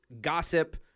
gossip